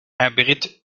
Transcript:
abrite